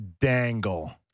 Dangle